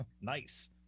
Nice